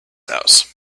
house